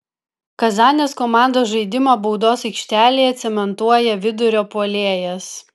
kazanės komandos žaidimą baudos aikštelėje cementuoja vidurio puolėjas